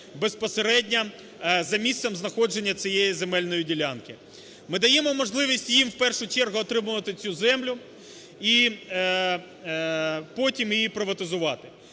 безпосередньо за місцем знаходження цієї земельної ділянки. Ми даємо можливість їм, в першу чергу отримувати цю землю і потім її приватизувати.